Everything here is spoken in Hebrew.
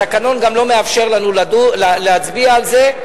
התקנון גם לא מאפשר לנו להצביע על זה,